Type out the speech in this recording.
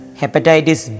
hepatitis